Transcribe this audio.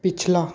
पिछला